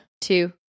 two